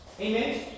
Amen